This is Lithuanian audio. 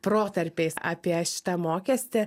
protarpiais apie šitą mokestį